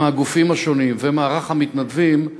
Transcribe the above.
עם הגופים השונים ומערך המתנדבים,